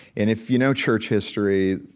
and if you know church history,